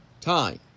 time